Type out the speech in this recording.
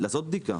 לעשות בדיקה